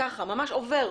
ממש עובר,